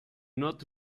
not